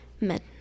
med